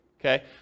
okay